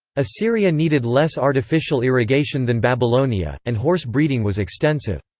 assyria needed less artificial irrigation than babylonia, and horse-breeding was extensive.